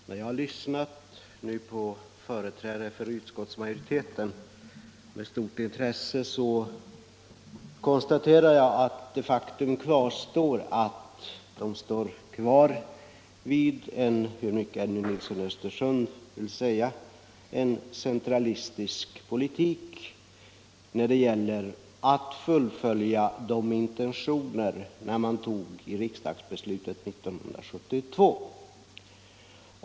Sedan jag nu med stort intresse har lyssnat på företrädare för utskottsmajoriteten konstaterar jag att samtliga — hur mycket herr Nilsson i Östersund än försöker förneka det — står kvar vid en centralistisk politik när det gäller att fullfölja intentionerna i riksdagsbeslutet 1972.